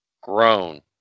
Grown